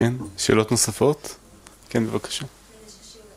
‫שאלות נוספות? ‫כן, בבקשה.